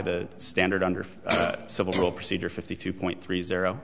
the standard under civil procedure fifty two point three zero